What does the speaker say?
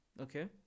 Okay